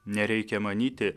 nereikia manyti